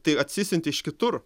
tai atsisiunti iš kitur